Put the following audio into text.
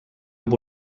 amb